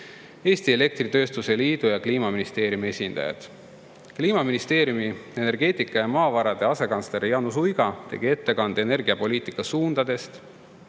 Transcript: Eesti Elektritööstuse Liidu ja Kliimaministeeriumi esindajad. Kliimaministeeriumi energeetika ja maavarade asekantsler Jaanus Uiga tegi ettekande energiapoliitika suundadest